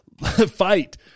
fight